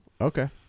Okay